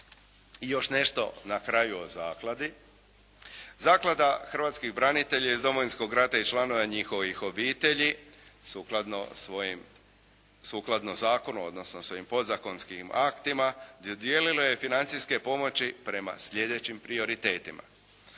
I još nešto na kraju o zakladi. Zaklada "Hrvatski branitelji iz Domovinskog rata i članove njihovih obitelji" sukladno svojim, sukladno zakonu odnosno svojim podzakonskim aktima dodijelilo je financijske pomoći prema sljedećim prioritetima.